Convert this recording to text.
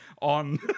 on